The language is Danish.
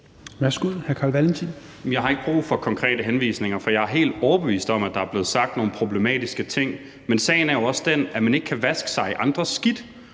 Carl Valentin (SF): Jamen jeg har ikke brug for konkrete henvisninger, for jeg er helt overbevist om, at der er blevet sagt nogle problematiske ting, men sagen er jo også den, at man ikke kan vaske sig i andres skidt,